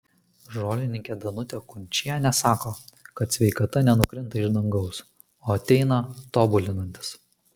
žolininkė danutė kunčienė sako kad sveikata nenukrinta iš dangaus o ateina tobulinantis